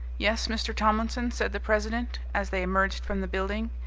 yes, mr. tomlinson, said the president, as they emerged from the building,